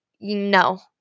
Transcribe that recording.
No